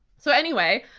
so anyway,